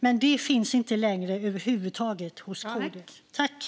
Men det finns inte längre med över huvud taget.